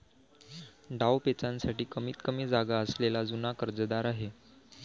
डावपेचांसाठी कमीतकमी जागा असलेला जुना कर्जदार आहे